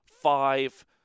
five